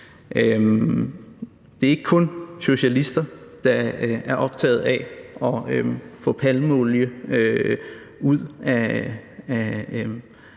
Det er ikke kun socialister, der er optaget af at få palmeolie ud af